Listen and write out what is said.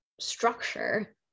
structure